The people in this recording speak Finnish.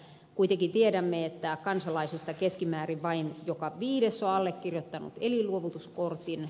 kuitenkin tiedämme että kansalaisista keskimäärin vain joka viides on allekirjoittanut elinluovutuskortin